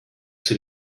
sie